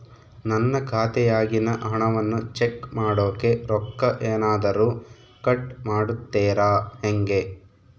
ನನ್ನ ಖಾತೆಯಾಗಿನ ಹಣವನ್ನು ಚೆಕ್ ಮಾಡೋಕೆ ರೊಕ್ಕ ಏನಾದರೂ ಕಟ್ ಮಾಡುತ್ತೇರಾ ಹೆಂಗೆ?